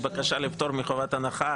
הוא נאום אנטישמי.